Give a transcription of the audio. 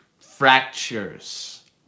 fractures